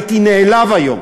הייתי נעלב היום.